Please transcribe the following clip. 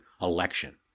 election